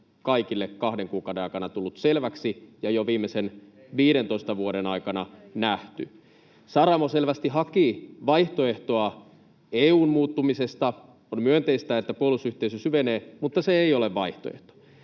kaikille kahden kuukauden aikana tullut selväksi ja jo viimeisen 15 vuoden aikana nähty? [Perussuomalaisten ryhmästä: Ei näköjään!] Saramo selvästi haki vaihtoehtoa EU:n muuttumisesta. On myönteistä, että puolustusyhteistyö syvenee, mutta se ei ole vaihtoehto.